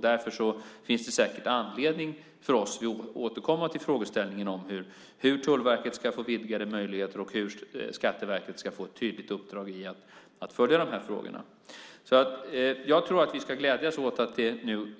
Därför finns det säkert anledning för oss att återkomma till frågan hur Tullverket ska få vidgade möjligheter och hur Skatteverket ska få ett tydligt uppdrag att följa frågorna. Vi ska glädjas åt att vi nu